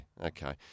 Okay